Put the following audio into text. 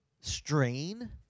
strain